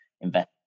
invest